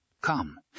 Come